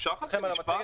אפשר משפט?